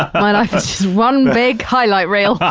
my life is one big highlight reel